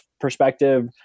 perspective